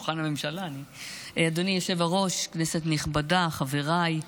אדוני היושב-ראש, כנסת נכבדה, חבריי,